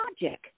logic